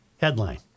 Headline